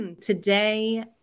today